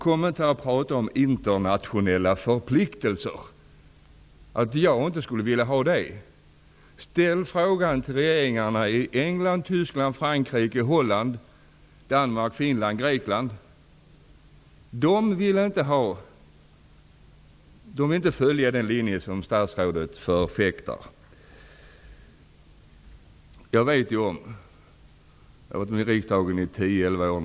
Kom inte här och säg att jag inte skulle vilja ställa upp på internationella förpliktelser. Ställ frågan till regeringarna i England, Tyskland, Frankrike, Holland, Danmark, Finland och Grekland. De vill inte följa den linje som statsrådet förfäktar. Jag har suttit i riksdagen i tio elva år.